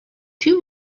too